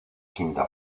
quinta